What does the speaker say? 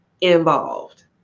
involved